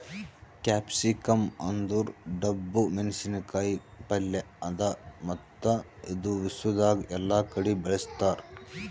capsicum ಅಂದುರ್ ಡಬ್ಬು ಮೆಣಸಿನ ಕಾಯಿ ಪಲ್ಯ ಅದಾ ಮತ್ತ ಇದು ವಿಶ್ವದಾಗ್ ಎಲ್ಲಾ ಕಡಿ ಬೆಳುಸ್ತಾರ್